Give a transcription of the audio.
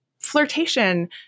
flirtation